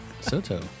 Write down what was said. Soto